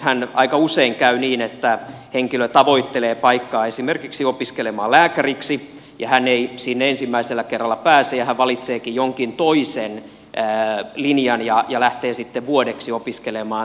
nythän aika usein käy niin että henkilö tavoittelee paikkaa esimerkiksi opiskelemaan lääkäriksi ja hän ei sinne ensimmäisellä kerralla pääse ja hän valitseekin jonkin toisen linjan ja lähtee sitten vuodeksi opiskelemaan sitä